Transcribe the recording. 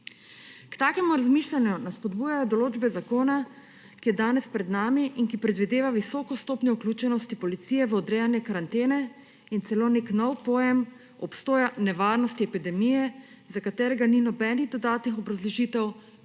K takemu razmišljanju nas spodbujajo določbe zakona, ki je danes pred nami in ki predvideva visoko stopnjo vključenosti policije v odrejanje karantene in celo nek nove pojem obstoja nevarnosti epidemije, za katerega ni nobenih dodatnih obrazložitev,